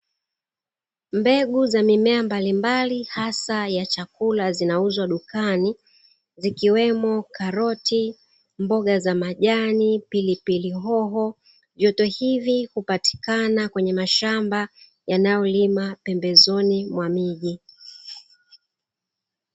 Mbegu za mimea mbalimbali hasa ya chakula zinauzwa dukani , zikiwemo karoti, mboga za majani, pilipili hoho. Vyote hivi hupatikana katika mashamba yanayolimwa pembezoni mwa miji.